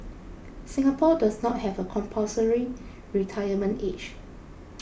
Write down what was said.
Singapore does not have a compulsory retirement age